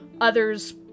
others